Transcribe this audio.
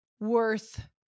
worth